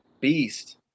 Beast